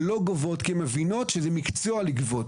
כי הן מבינות שזה מקצוע לגבות.